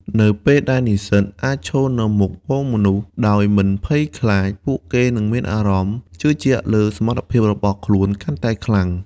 នៅពេលដែលនិស្សិតអាចឈរនៅមុខហ្វូងមនុស្សដោយមិនភ័យខ្លាច ពួកគេនឹងមានអារម្មណ៍ជឿជាក់លើសមត្ថភាពរបស់ខ្លួនកាន់តែខ្លាំង។